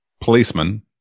policeman